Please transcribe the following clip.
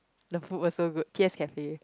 the food was so good P_S-Cafe